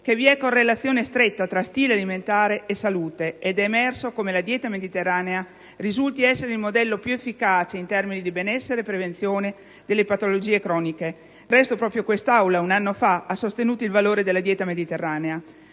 che vi è correlazione stretta tra stile alimentare e salute ed è emerso come la dieta mediterranea risulti essere il modello più efficace in termini di benessere e prevenzione delle patologie croniche. Del resto, proprio quest'Assemblea, un anno fa, ha sostenuto il valore della dieta mediterranea.